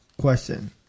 question